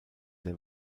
der